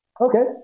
Okay